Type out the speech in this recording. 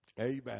amen